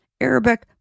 Arabic